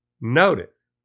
Notice